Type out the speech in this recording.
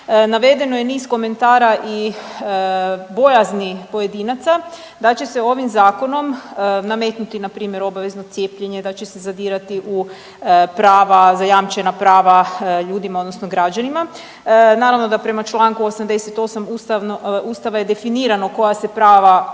navedeno je niz komentara i bojazni pojedinaca da će se ovim zakonom nametnuti npr. obavezno cijepljenje, da će se zadirati u prava, zajamčena prava ljudima odnosno građanima. Naravno da prema čl. 88. Ustava je definirano koja se prava ne